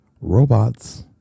Robots